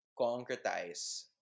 concretize